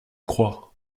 crois